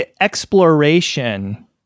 exploration